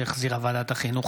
שהחזירה ועדת החינוך,